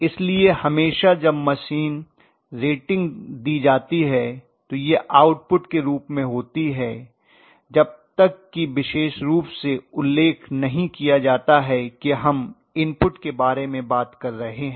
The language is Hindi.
इसलिए हमेशा जब मशीन रेटिंग दी जाती है तो यह आउटपुट के रूप में होती है जब तक कि विशेष रूप से उल्लेख नहीं किया जाता है कि हम इनपुट के बारे में बात कर रहे हैं